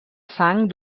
sang